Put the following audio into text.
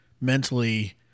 mentally